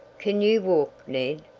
can you walk, ned?